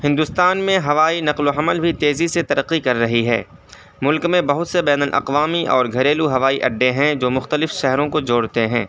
ہندوستان میں ہوائی نقل و حمل بھی تیزی سے ترقی کر رہی ہے ملک میں بہت سے بین الاقوامی اور گھریلو ہوائی اڈے ہیں جو مختلف شہروں کو جوڑتے ہیں